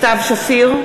סתיו שפיר,